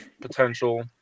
potential